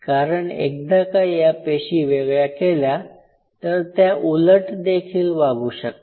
कारण एकदा का या पेशी वेगळ्या केल्या तर त्या उलट देखील वागू शकतात